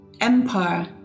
Empire